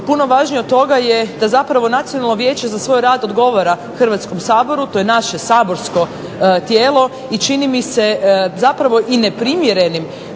puno važnije od toga je da Nacionalno vijeće za svoj rad odgovara Hrvatskom saboru, to je naše Saborsko tijelo i čini mi se neprimjerenim